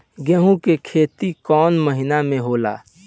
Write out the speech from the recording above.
गेहूं के खेती कौन महीना में होला?